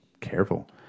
careful